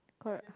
correct